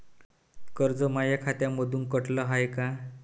कर्ज माया खात्यामंधून कटलं हाय का?